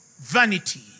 vanity